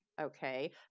Okay